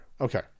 Okay